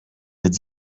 êtes